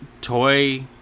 toy